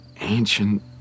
Ancient